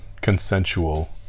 consensual